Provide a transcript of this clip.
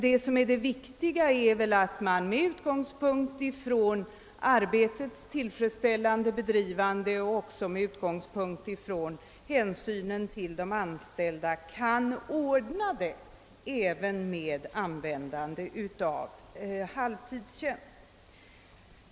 Det viktiga är väl att man kan tillgodose både kravet på arbetets tillfredsställande bedrivande och de anställdas intressen med användande även av halvtidstjänst.